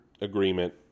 agreement